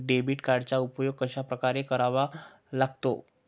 Debit कार्डचा उपयोग कशाप्रकारे करावा लागतो?